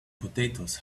potatoes